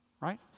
Right